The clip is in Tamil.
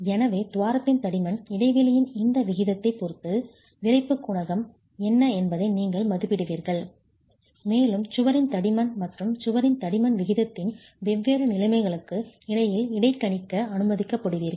எனவே துவாரத்தின் தடிமன் இடைவெளியின் இந்த விகிதத்தைப் பொறுத்து விறைப்பு குணகம் என்ன என்பதை நீங்கள் மதிப்பிடுவீர்கள் மேலும் சுவரின் தடிமன் மற்றும் சுவரின் தடிமன் விகிதத்தின் வெவ்வேறு நிலைமைகளுக்கு இடையில் இடைக்கணிக்க அனுமதிக்கப்படுவீர்கள்